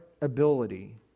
ability